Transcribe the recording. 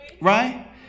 Right